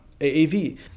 AAV